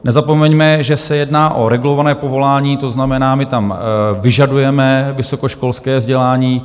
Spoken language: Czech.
Nezapomeňme, že se jedná o regulované povolání, to znamená, my tam vyžadujeme vysokoškolské vzdělání.